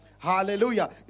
Hallelujah